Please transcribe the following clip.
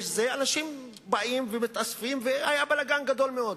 אנשים באים ומתאספים והיה בלגן גדול מאוד.